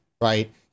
right